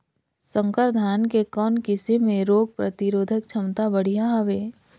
संकर धान के कौन किसम मे रोग प्रतिरोधक क्षमता बढ़िया हवे?